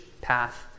path